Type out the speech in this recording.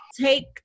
Take